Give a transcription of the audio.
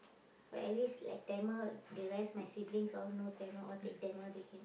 but at least like Tamil the rest my siblings all know Tamil all take Tamil they can